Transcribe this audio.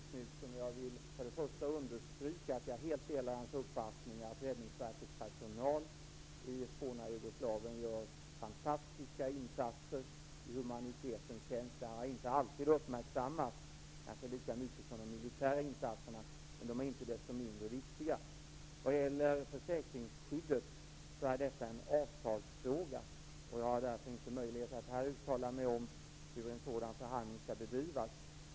Herr talman! Jag fick en direkt fråga av Göthe Knutson. Jag vill för det första understryka att jag helt delar hans uppfattning att Räddningsverkets personal i det forna Jugoslavien gör fantastiska insatser i humanitetens tjänst. De har inte alltid uppmärksammats lika mycket som de militära insatserna, men de är inte desto mindre viktiga. När det gäller försäkringsskyddet är detta en avtalsfråga. Jag har därför inte möjlighet att här uttala mig om hur en sådan förhandling skall bedrivas.